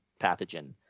pathogen